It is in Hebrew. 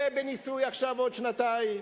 זה בניסוי עכשיו עוד שנתיים,